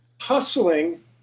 hustling